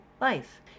life